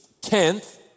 tenth